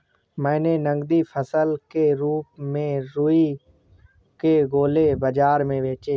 मैंने नगदी फसल के रूप में रुई के गोले बाजार में बेचे हैं